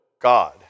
God